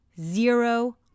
Zero